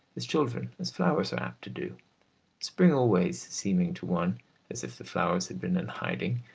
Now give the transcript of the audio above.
as children, as flowers, are apt to do spring always seeming to one as if the flowers had been in hiding,